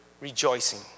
rejoicing